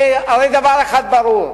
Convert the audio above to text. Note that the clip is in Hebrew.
הרי דבר אחד ברור: